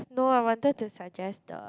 no I wanted to suggest the